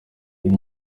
iyi